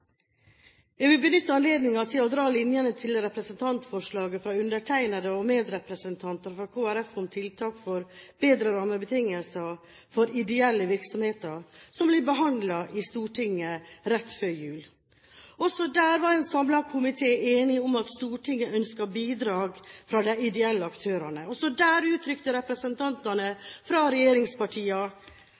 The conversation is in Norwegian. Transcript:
Jeg vil benytte anledningen til å dra linjene til representantforslaget fra undertegnede og medrepresentanter fra Kristelig Folkeparti om tiltak for bedre rammebetingelser for ideelle virksomheter, som ble behandlet i Stortinget rett før jul. Også der var en samlet komité enig om at Stortinget ønsker bidrag fra de ideelle aktørene. Også der uttrykte representantene fra